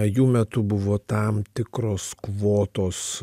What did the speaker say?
jų metu buvo tam tikros kvotos